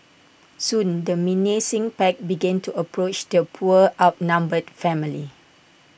soon the menacing pack began to approach the poor outnumbered family